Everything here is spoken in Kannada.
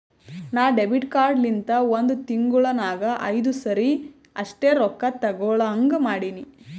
ನಾ ಡೆಬಿಟ್ ಕಾರ್ಡ್ ಲಿಂತ ಒಂದ್ ತಿಂಗುಳ ನಾಗ್ ಐಯ್ದು ಸರಿ ಅಷ್ಟೇ ರೊಕ್ಕಾ ತೇಕೊಳಹಂಗ್ ಮಾಡಿನಿ